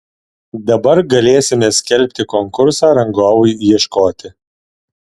dabar galėsime skelbti konkursą rangovui ieškoti